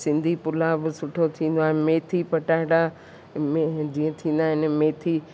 सिंधी पुलाउ बि सुठो थींदो आहे मेथी पटाटा में जीअं थींदा आहिनि मेथी